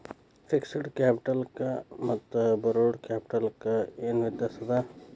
Fixed ಕ್ಯಾಪಿಟಲಕ್ಕ ಮತ್ತ borrowed ಕ್ಯಾಪಿಟಲಕ್ಕ ಏನ್ ವ್ಯತ್ಯಾಸದ?